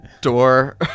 door